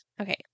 Okay